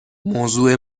موضوع